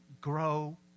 grow